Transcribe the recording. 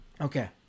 Okay